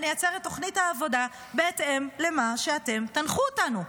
ונייצר את תוכנית העבודה בהתאם למה שאתם תנחו אותנו.